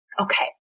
okay